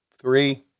three